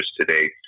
today